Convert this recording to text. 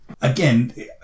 again